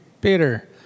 Peter